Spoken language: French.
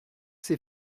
c’est